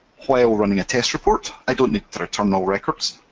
while running a test report i don't need to return all records,